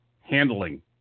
handling